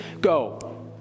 go